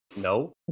No